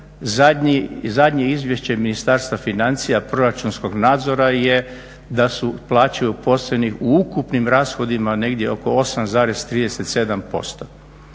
Zadnje izvješće Ministarstva financija proračunskog nadzora je da su plaće uposlenih u ukupnim rashodima negdje oko 8,37%.